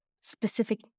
specific